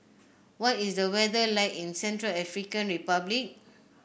what is the weather like in Central African Republic